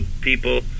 people